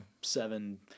seven